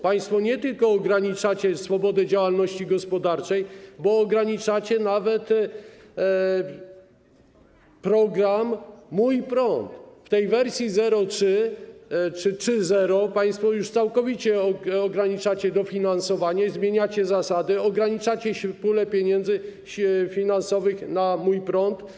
Państwo nie tylko ograniczacie swobodę działalności gospodarczej, bo ograniczacie nawet program „Mój prąd”, ale w wersji 0.3 czy 3.0 państwo już całkowicie ograniczacie dofinansowanie, zmieniacie zasady, ograniczacie pulę środków finansowych na „Mój prąd”